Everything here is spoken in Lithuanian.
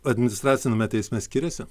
administraciniame teisme skiriasi